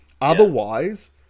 Otherwise